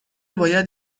باید